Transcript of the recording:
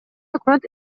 өкмөт